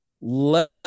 let